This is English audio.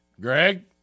Greg